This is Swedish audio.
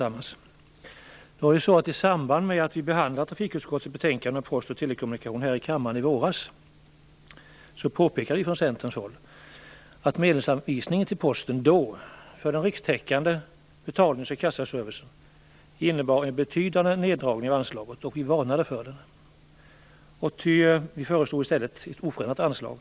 I samband med att vi behandlade trafikutskottets betänkande om Post och telekommunikation här i kammaren i våras, påpekade vi ju från Centerns håll att medelsanvisningen för den rikstäckande betalnings och kassaservicen innebar en betydande neddragning av anslagen. Vi varnade för detta, och föreslog i stället oförändrat anslag.